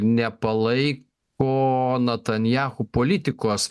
nepalaiko natanjahų politikos